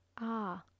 Ah